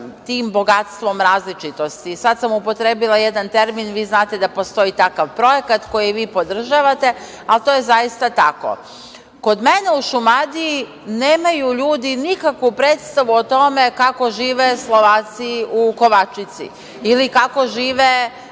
tim bogatstvom različitosti. Sad sam upotrebila jedan termin, vi znate da postoji takav projekat koji vi podržavate, ali to je zaista tako. Kod mene u Šumadiji nemaju ljudi nikakvu predstavu o tome kako žive Slovaci u Kovačici ili kako žive